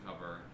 cover